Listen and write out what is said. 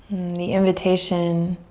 the invitation